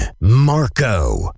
Marco